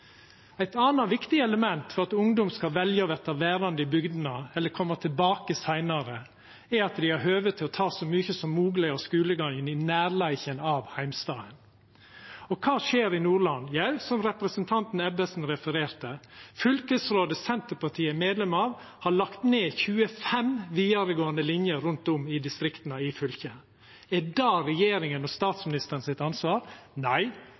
Eit anna viktig element for at ungdom skal velja å verta verande i bygdene eller koma tilbake seinare, er at dei har høve til å ta så mykje som mogleg av skulegangen i nærleiken av heimstaden. Og kva skjer i Nordland? Jo, som representanten Ebbesen refererte til: Fylkesrådet Senterpartiet er medlem av, har lagt ned 25 vidaregåande linjer rundt om i distrikta i fylket. Er det ansvaret til regjeringa og statsministeren? Nei,